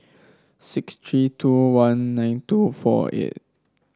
six three two one nine two four eight